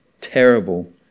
terrible